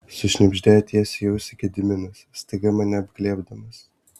sušnibždėjo tiesiai į ausį gediminas staiga mane apglėbdamas